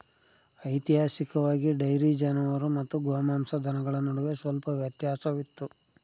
ಐತಿಹಾಸಿಕವಾಗಿ, ಡೈರಿ ಜಾನುವಾರು ಮತ್ತು ಗೋಮಾಂಸ ದನಗಳ ನಡುವೆ ಸ್ವಲ್ಪ ವ್ಯತ್ಯಾಸವಿತ್ತು